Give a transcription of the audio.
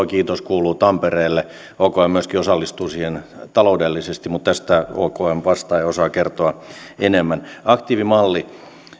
kiitos kuuluu tampereelle okm myöskin osallistuu siihen taloudellisesti mutta tästä okm vastaa ja osaa kertoa enemmän aktiivimalli